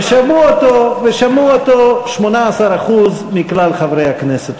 ושמעו אותו 18% מכלל חברי הכנסת,